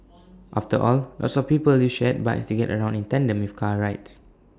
after all lots of people use shared bikes to get around in tandem with car rides